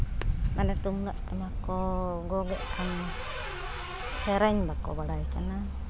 ᱢᱟᱱᱮ ᱛᱩᱢᱫᱟᱜ ᱴᱟᱢᱟᱠ ᱠᱚ ᱜᱚᱜᱮᱜ ᱠᱷᱟᱱ ᱥᱮᱨᱮᱧ ᱵᱟᱠᱚ ᱵᱟᱲᱟᱭ ᱠᱟᱱᱟ